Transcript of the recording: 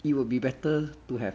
it will be better to have